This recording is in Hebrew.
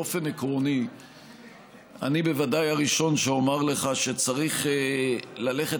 באופן עקרוני אני בוודאי הראשון שאומר לך שצריך ללכת